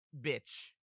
bitch